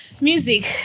music